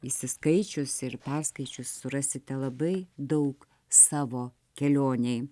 įsiskaičius ir perskaičius surasite labai daug savo kelionei